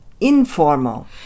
informal